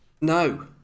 No